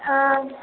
ஆ